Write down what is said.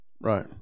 right